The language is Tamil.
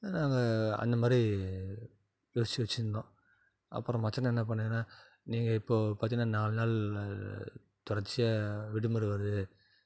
நாங்கள் அந்தமாதிரி யோசித்து வச்சிருந்தோம் அப்புறம் மச்சினன் என்ன பண்ணாங்கன்னால் நீங்கள் இப்போது பார்த்தின்னா நாலு நாள் தொடர்ச்சியாக விடுமுறை வருது